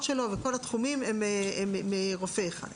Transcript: ההרשאות בכל התחומים הן מרופא אחד.